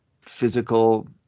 physical